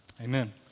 amen